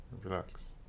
relax